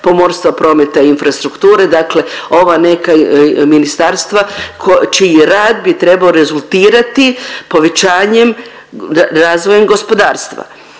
pomorstva, prometa i infrastrukture dakle ova neka ministarstva čiji rad bi trebao rezultirati povećanjem, razvojem gospodarstva.